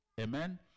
Amen